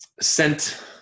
sent